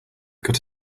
got